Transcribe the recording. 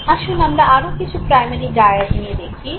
আসুন আমরা আরও কিছু প্রাইমারি ডায়াড নিয়ে দেখি